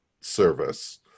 service